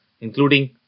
including